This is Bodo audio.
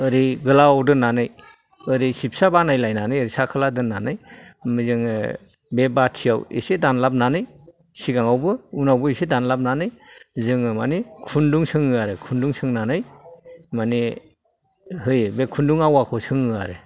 ओरै गोलाव दोन्नानै ओरै सिब्सा बानायलायनानै ओरै सा खोला दोन्नानै जोङो बे बाथियाव एसे दानलाबनानै सिगाङावबो उनावबो एसे दान्लाबनानै जोङो माने खुन्दुं सोङो आरो खुंदुं सोंनानै माने होयो बे खुन्दुं आवाखौ सोङो आरो